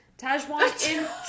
Tajwan